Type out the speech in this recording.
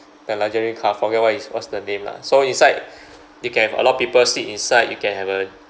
the luxury car forget what is what's the name lah so inside you can have a lot of people sit inside you can have a